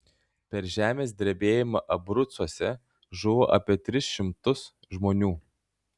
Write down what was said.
per žemės drebėjimą abrucuose žuvo apie tris šimtus žmonių